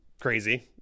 crazy